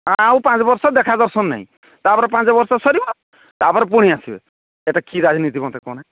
ଆଉ ପାଞ୍ଚ ବର୍ଷ ଦେଖା ଦର୍ଶନ ନାହିଁ ତାପରେ ପାଞ୍ଚ ବର୍ଷ ସରିବ ତାପରେ ପୁଣି ଆସିବେ ସେଇଟା କି ରାଜନୀତି ମୋତେ କହନା